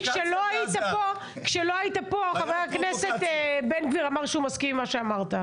כשלא היית פה חבר הכנסת בן גביר אמר שהוא מסכים עם מה שאמרת,